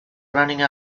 running